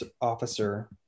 officer